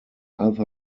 other